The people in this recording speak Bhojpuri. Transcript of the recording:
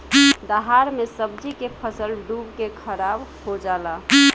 दहाड़ मे सब्जी के फसल डूब के खाराब हो जला